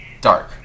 dark